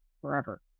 forever